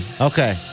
Okay